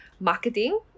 marketing